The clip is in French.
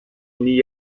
n’y